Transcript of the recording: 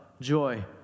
joy